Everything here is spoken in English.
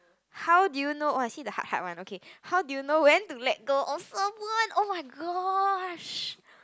how do you know oh you see the heart heart one okay how do you know when to let go of someone oh-my-gosh